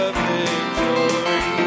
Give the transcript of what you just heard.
victory